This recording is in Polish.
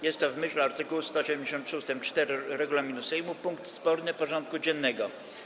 Jest to, w myśl art. 173 ust. 4 regulaminu Sejmu, punkt sporny porządku dziennego.